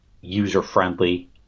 user-friendly